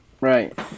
right